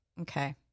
okay